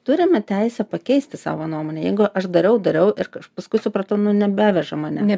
turime teisę pakeisti savo nuomonę jeigu aš dariau dariau ir paskui supratau nu nebeveža mane